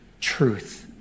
truth